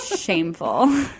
shameful